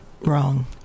Wrong